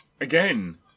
Again